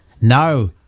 no